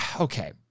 Okay